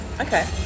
okay